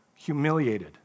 humiliated